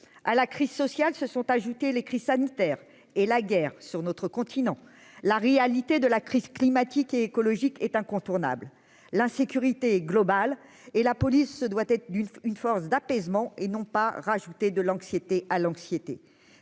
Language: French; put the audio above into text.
à la crise sociale se sont ajoutés les cris sanitaire et la guerre sur notre continent la réalité de la crise climatique et écologique est incontournable : l'insécurité globale et la police, ce doit être une force d'apaisement et non pas rajouter de l'anxiété à l'anxiété